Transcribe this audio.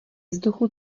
vzduchu